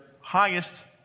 highest